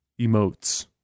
emotes